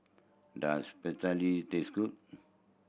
does Pretzel taste good